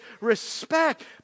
respect